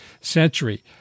century